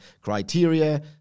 criteria